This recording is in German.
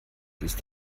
ist